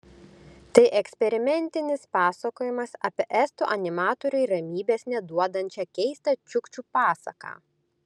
tai eksperimentinis pasakojimas apie estų animatoriui ramybės neduodančią keistą čiukčių pasaką